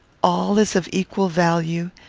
all is of equal value,